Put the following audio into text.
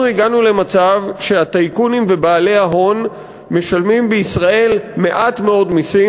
אנחנו הגענו למצב שהטייקונים ובעלי ההון משלמים בישראל מעט מאוד מסים,